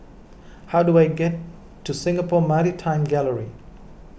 how do I get to Singapore Maritime Gallery